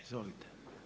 Izvolite.